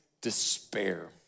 despair